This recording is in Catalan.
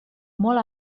molt